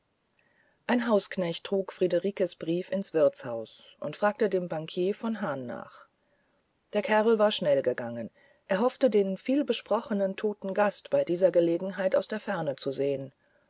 ein hausknecht trug friederikes brief ins wirtshaus und fragte dem bankier von hahn nach der kerl war schnell gegangen er hoffte den vielbesprochenen toten gast bei dieser gelegenheit aus der ferne zu sehen